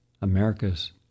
America's